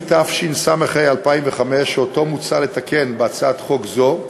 התשס"ה 2005, שאותו מוצע לתקן בהצעת חוק זו,